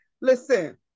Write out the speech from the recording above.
listen